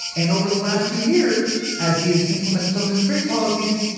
and over the last two years, as he has implemented some of his trade policies,